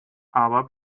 aber